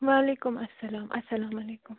وعلیکُم اسلام اَسلامُ علیکُم